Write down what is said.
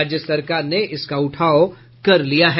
राज्य सरकार ने इसका उठाव कर लिया है